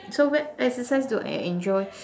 so what exercise do I enjoy